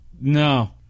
No